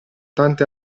tante